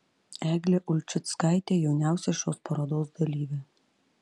eglė ulčickaitė jauniausia šios parodos dalyvė